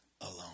alone